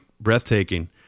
breathtaking